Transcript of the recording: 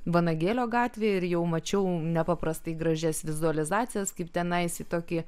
vanagėlio gatvėje ir jau mačiau nepaprastai gražias vizualizacijas kaip tenai tokį